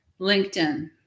LinkedIn